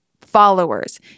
followers